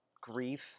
grief